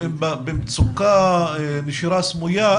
במצוקה, נשירה סמויה?